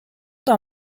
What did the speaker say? d’un